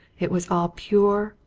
it was all pure,